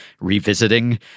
revisiting